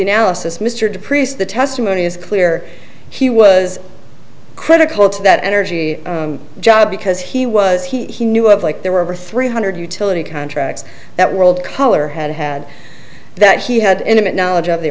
priest the testimony is clear he was critical to that energy job because he was he knew of like there were over three hundred utility contracts that world color had had that he had intimate knowledge of they